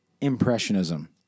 Impressionism